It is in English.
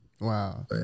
Wow